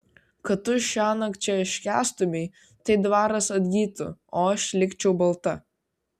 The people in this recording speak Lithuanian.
kad tu šiąnakt čia iškęstumei tai dvaras atgytų o aš likčiau balta